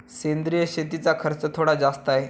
सेंद्रिय शेतीचा खर्च थोडा जास्त आहे